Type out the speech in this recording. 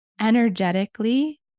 energetically